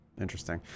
Interesting